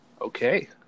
okay